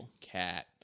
cat